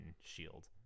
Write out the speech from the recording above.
shield